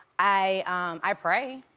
i i pray,